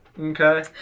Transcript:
Okay